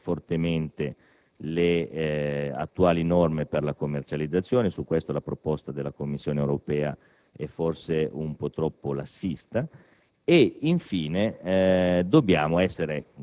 nel dispositivo, devono sicuramente essere ribadite fortemente le attuali norme per la commercializzazione. A tale riguardo, la proposta della Commissione europea è forse un po' troppo lassista.